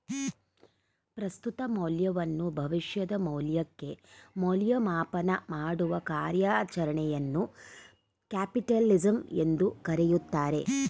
ಪ್ರಸ್ತುತ ಮೌಲ್ಯವನ್ನು ಭವಿಷ್ಯದ ಮೌಲ್ಯಕ್ಕೆ ಮೌಲ್ಯಮಾಪನ ಮಾಡುವ ಕಾರ್ಯಚರಣೆಯನ್ನು ಕ್ಯಾಪಿಟಲಿಸಂ ಎಂದು ಕರೆಯುತ್ತಾರೆ